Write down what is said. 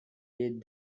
did